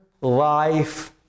life